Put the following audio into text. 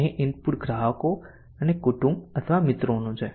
અહીં ઇનપુટ ગ્રાહકો અને કુટુંબ અથવા મિત્રોનું છે